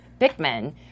Bickman